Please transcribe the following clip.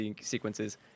sequences